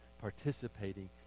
participating